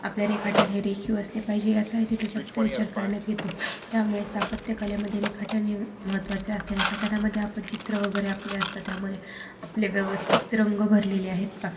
आपल्या रेखाटन हे रेखीव असले पाहिजे याचाही तिथे जास्त विचार करण्यात येतो त्यामुळे स्थापत्यकलेमध्ये रेखाटन हे महत्त्वाचे असते रेखाटनामध्ये आपण चित्र वगैरे आपले असतं त्यामध्ये आपले व्यवस्थित रंग भरलेले आहेत का